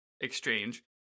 exchange